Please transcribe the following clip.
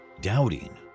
Doubting